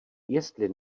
jestli